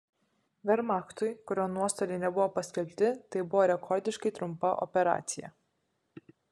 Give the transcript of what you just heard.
vermachtui kurio nuostoliai nebuvo paskelbti tai buvo rekordiškai trumpa operacija